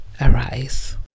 Arise